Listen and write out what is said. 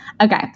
Okay